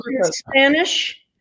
Spanish